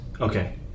Okay